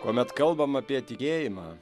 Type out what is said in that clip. kuomet kalbam apie tikėjimą